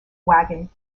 wagon